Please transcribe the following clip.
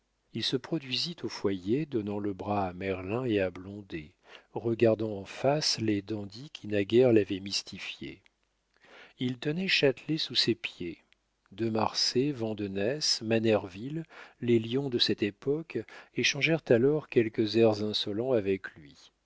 il se produisit au foyer donnant le bras à merlin et à blondet regardant en face les dandies qui naguère l'avaient mystifié il tenait châtelet sous ses pieds de marsay vandenesse manerville les lions de cette époque échangèrent alors quelques airs insolents avec lui